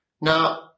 Now